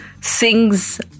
sings